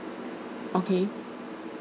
okay